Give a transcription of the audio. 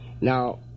Now